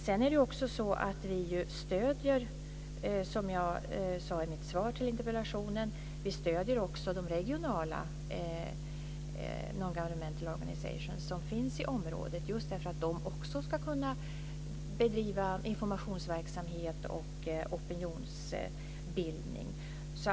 Vi stöder också, som jag sade i mitt svar till interpellanten, de regionala non-governmental organizations som finns i området just därför att de också ska kunna bedriva informationsverksamhet och opinionsbildning.